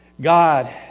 God